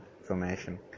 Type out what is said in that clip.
information